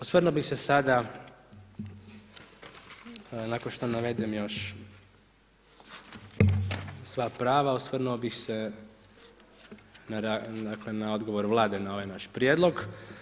Osvrnuo bi se sada, nakon što navedem još svoja prava, osvrnuo bi se na odgovor Vlade na ovaj naš prijedlog.